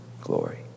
glory